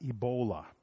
Ebola